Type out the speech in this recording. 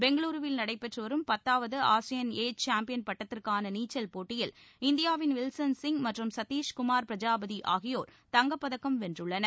பெங்களூருவில் நடைபெற்று வரும் பத்தாவது ஆசியன் ஏஜ் சாம்பியன் பட்டத்திற்கான நீச்சல் போட்டியில் இந்தியாவின் வில்சன் சிங் மற்றும் சதீஷ்குமார் பிரஜாபதி ஆகியோர் தங்கப்பதக்கம் வென்றுள்ளனர்